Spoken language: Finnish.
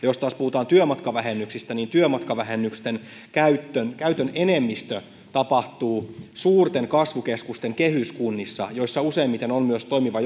jos taas puhutaan työmatkavähennyksistä niin työmatkavähennysten käytön käytön enemmistö tapahtuu suurten kasvukeskusten kehyskunnissa joissa useimmiten on myös toimiva